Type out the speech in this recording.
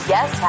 Yes